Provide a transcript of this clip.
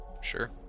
Sure